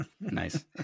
Nice